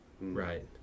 Right